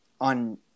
on